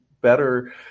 better